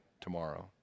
tomorrow